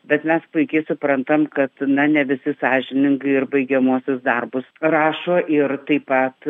bet mes puikiai suprantame kad na ne visi sąžiningai ir baigiamuosius darbus rašo ir taip pat